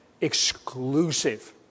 exclusive